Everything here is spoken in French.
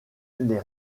les